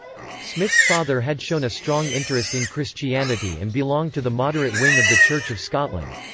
smith's father had shown a strong interest in christianity and belonged to the moderate wing of the church of scotland.